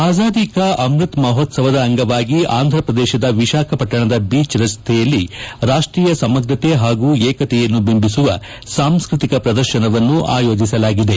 ಆಜಾದಿ ಕಾ ಅಮೃತ್ ಮಹೋತ್ಸವದ ಅಂಗವಾಗಿ ಅಂಧ್ರಪ್ರದೇಶದ ವಿಶಾಖಪಟ್ಟಣದ ಬೀಚ್ ರಸ್ತೆಯಲ್ಲಿ ರಾಷ್ಲೀಯ ಸಮಗ್ರತೆ ಹಾಗೂ ಏಕತೆಯನ್ನು ಬಿಂಬಿಸುವ ಸಾಂಸ್ಕೃತಿಕ ಶ್ರದರ್ಶನವನ್ನು ಆಯೋಜಿಸಲಾಗಿದೆ